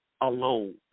alone